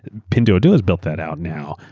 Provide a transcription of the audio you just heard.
pinduoduo has built that out now,